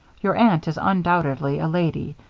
your aunt is undoubtedly a lady,